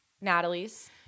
Natalie's